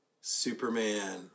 Superman